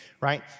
right